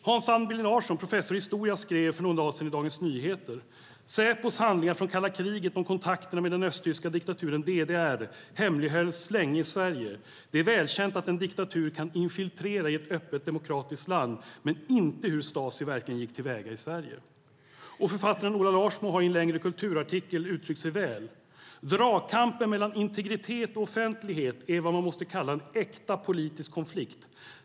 Hans Albin Larsson, professor i historia, skrev bara för någon dag sedan i Dagens Nyheter: "Säpos handlingar från kalla kriget om kontakterna med den östtyska diktaturen DDR hemlighölls länge i Sverige. Det är välkänt att en diktatur kan infiltrera i ett öppet demokratiskt land men inte hur Stasi verkligen gick till väga i Sverige." Författaren Ola Larsmo har i en längre kulturartikel uttryckt det väl: "Dragkampen mellan integritet och offentlighet är vad man måste kalla en äkta politisk konflikt.